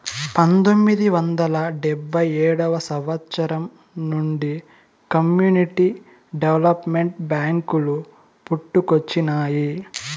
పంతొమ్మిది వందల డెబ్భై ఏడవ సంవచ్చరం నుండి కమ్యూనిటీ డెవలప్మెంట్ బ్యేంకులు పుట్టుకొచ్చినాయి